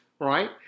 right